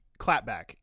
clapback